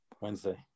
Wednesday